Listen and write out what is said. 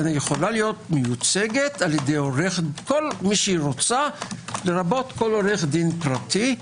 אני יכולה להיות מיוצגת על ידי כל מי שרוצה לרבות כל עורך דין פרטי.